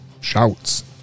shouts